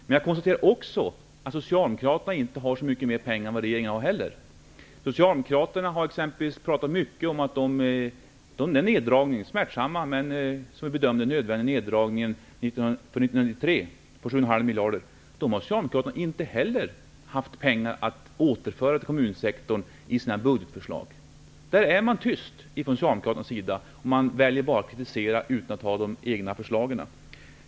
Men jag konstaterar också att socialdemokraterna inte har så mycket mera pengar än vad regeringen har. Socialdemokraterna pratar mycket om den smärtsamma men nödvändiga neddragningen för 1993 på 7,5 miljarder. Inte heller Socialdemokraterna har haft pengar att återföra detta till kommunsektorn i sina budgetförslag. Från Socialdemokraternas sida är man tyst, och man väljer att bara kritisera utan att komma med egna förslag.